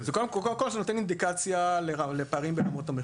קודם כל זה נותן אינדיקציה לפערי המחירים,